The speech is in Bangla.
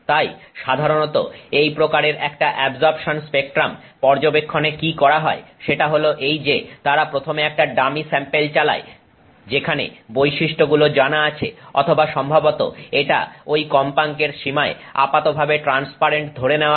তাই সাধারণত এই প্রকারের একটা অ্যাবজর্পশন স্পেক্ট্রাম পর্যবেক্ষণে কি করা হয় সেটা হল এই যে তারা প্রথমে একটা ডামি স্যাম্পেল চালায় যেখানে বৈশিষ্ট্যগুলো জানা আছে অথবা সম্ভবত এটা ঐ কম্পাঙ্কের সীমায় আপাতভাবে ট্রান্সপারেন্ট ধরে নেওয়া হয়